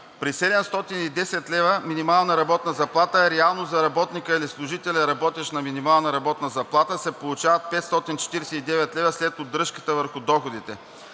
При 710 лв. минимална работна заплата реално за работника или служителя, работещ на минимална работна заплата, се получават 549 лв. след удръжката върху доходите.